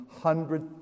hundred